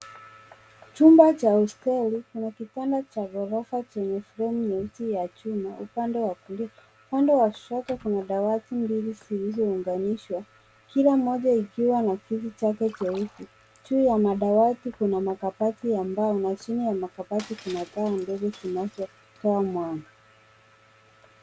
Chumba cha hosteli. Kuna kitanda cha ghorofa chenye fremu nyeusi ya chuma upande wa kulia. Upande wa kushoto kuna dawati mbili zilizounganishwa kila moja ikiwa na kiti chake cheusi. Juu ya madawati kuna makabati ya mbao na chini ya makabati kuna taa ndogo zinazotoa mwanga.